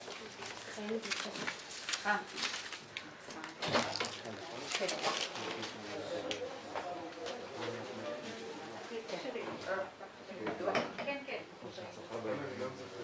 12:09.